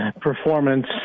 performance